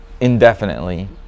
indefinitely